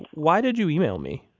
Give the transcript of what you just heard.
why did you email me?